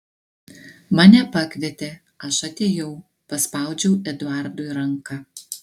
mane pakvietė aš atėjau paspaudžiau eduardui ranką